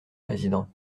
président